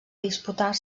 disputar